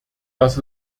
dass